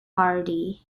hardy